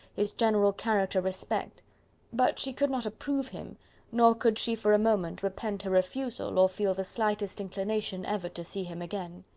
his general character respect but she could not approve him nor could she for a moment repent her refusal, or feel the slightest inclination ever to see him again.